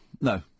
No